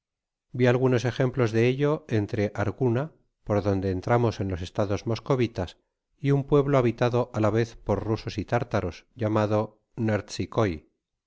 vi algunos ejemplos de ello entre argana por donde entramos en los estados moscovitas y un pueblo habitado á la vez por rusos y tártaros llamado